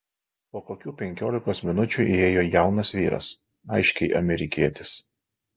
po kokių penkiolikos minučių įėjo jaunas vyras aiškiai amerikietis